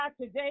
today